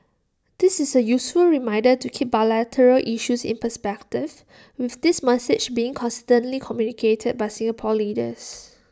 this is A useful reminder to keep bilateral issues in perspective with this message being consistently communicated by Singapore leaders